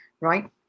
Right